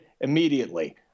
immediately